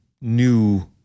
new